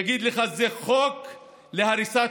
הוא יגיד לך: זה חוק להריסת